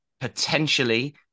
potentially